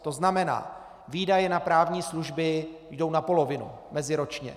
To znamená: Výdaje na právní služby jdou na polovinu, meziročně.